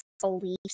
beliefs